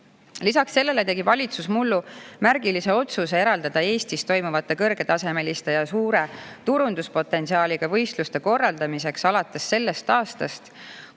sellele tegi valitsus mullu märgilise otsuse eraldada Eestis toimuvate kõrgetasemeliste ja suure turunduspotentsiaaliga võistluste korraldamiseks alates sellest aastast